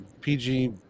PG